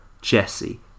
Jesse